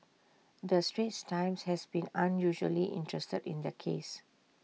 the straits times has been unusually interested in the case